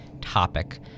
topic